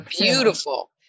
beautiful